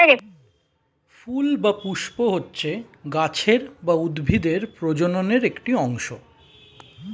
ফুল বা পুস্প হচ্ছে গাছের বা উদ্ভিদের প্রজননের একটি অংশ